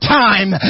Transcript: time